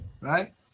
Right